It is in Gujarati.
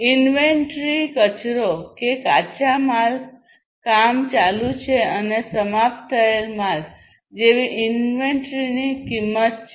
ઈન્વેન્ટરી કચરો જે કાચા માલ કામ ચાલુ છે અને સમાપ્ત થયેલ માલ જેવી ઇન્વેન્ટરીની કિંમત છે